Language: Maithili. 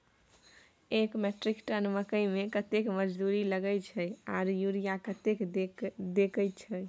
एक मेट्रिक टन मकई में कतेक मजदूरी लगे छै आर यूरिया कतेक देके छै?